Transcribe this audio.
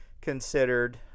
considered